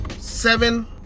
Seven